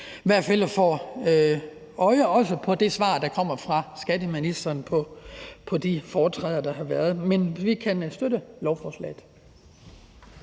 i hvert fald får øje også på det svar, der kommer fra skatteministeren, efter de foretræder, der har været. Men vi kan støtte lovforslaget.